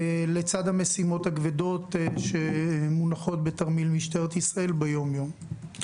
לצד המשימות הכבדות שמונחות בתרמיל משטרת ישראל ביום-יום.